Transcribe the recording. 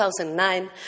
2009